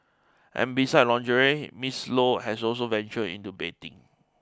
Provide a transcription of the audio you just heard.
and besides lingerie Miss Low has also ventured into bedding